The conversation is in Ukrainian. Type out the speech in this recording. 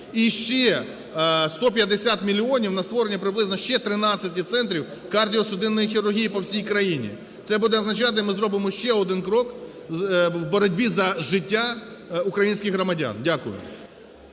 і ще 150 мільйонів на створення приблизно ще 13 центрів кардіосудинної хірургії по всій країні. Це буде означати, ми зробимо ще один крок в боротьбі за життя українських громадян. Дякую.